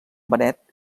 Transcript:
benet